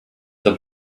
the